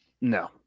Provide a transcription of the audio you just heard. No